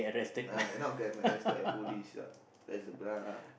ya not to get arrested by police yeah that's the best ah